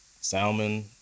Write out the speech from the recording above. Salmon